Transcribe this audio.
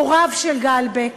הוריו של גל בק